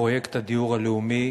ש"פרויקט הדיור הלאומי"